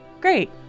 Great